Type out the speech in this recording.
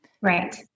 Right